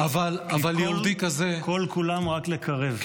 כי כל-כולם רק לקרב,